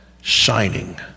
shining